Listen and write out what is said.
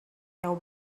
their